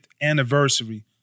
anniversary